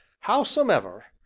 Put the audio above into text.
howsomever,